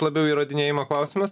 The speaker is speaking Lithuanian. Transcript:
labiau įrodinėjimo klausimas